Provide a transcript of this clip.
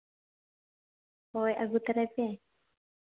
ᱦᱳᱭ ᱟᱹᱜᱩ ᱛᱟᱨᱟᱭ ᱯᱮ